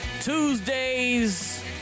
Tuesdays